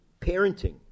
parenting